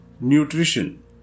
Nutrition